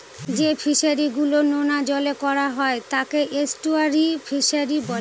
যে ফিশারি গুলো নোনা জলে করা হয় তাকে এস্টুয়ারই ফিশারি বলে